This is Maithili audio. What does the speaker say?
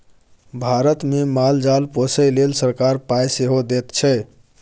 भारतमे माल जाल पोसय लेल सरकार पाय सेहो दैत छै